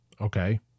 Okay